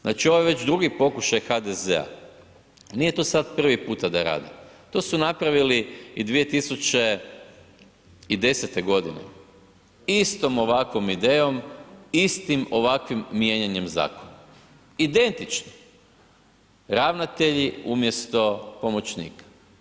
Znači ovo je već drugi pokušaj HDZ-a, nije to sad pri puta da rade, to su napravili i 2010. godine istom ovakvom idejom, istim ovakvim mijenjanjem zakona, identičnim, ravnatelji umjesto pomoćnika.